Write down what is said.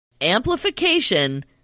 Amplification